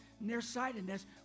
nearsightedness